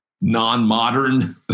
non-modern